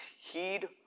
Heed